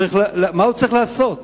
מה הוא צריך לעשות?